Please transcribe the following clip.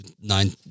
nine